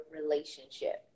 relationship